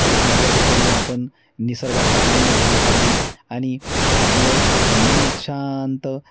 वेगवेगळ्या ठिकाणी आपण निसर्गाचा आनंद घेण्यासाठी आणि आपलं मन शांत